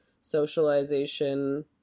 socialization